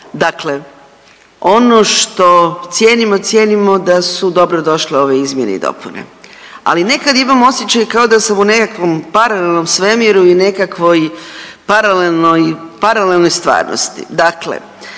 Dakle, ono što cijenimo, cijenimo da su dobro došle ove izmjene i dopune. Ali nekad imam osjećaj kao da sam u nekakvom paralelnom svemiru i nekakvoj paralelnoj stvarnosti.